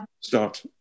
start